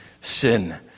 sin